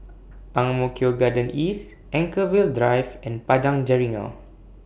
Ang Mo Kio Town Garden East Anchorvale Drive and Padang Jeringau